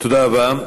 תודה רבה.